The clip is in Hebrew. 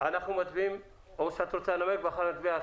את רוצה לדבר או שנצביע?